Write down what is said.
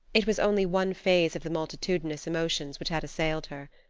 it was only one phase of the multitudinous emotions which had assailed her.